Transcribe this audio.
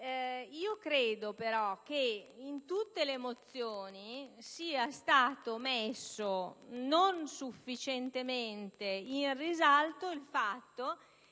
Io credo, però, che in tutte le mozioni non sia stato messo sufficientemente in risalto il fatto